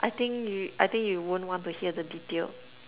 I think you I think you won't want to hear the detail